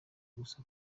gusa